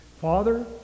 Father